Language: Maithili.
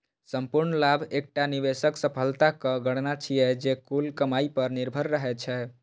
संपूर्ण लाभ एकटा निवेशक सफलताक गणना छियै, जे कुल कमाइ पर निर्भर रहै छै